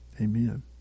Amen